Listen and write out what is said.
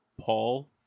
Paul